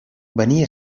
venia